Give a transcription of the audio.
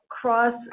cross